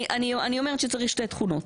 אני אומרת שצריך שתי תכונות,